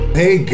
hey